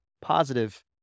positive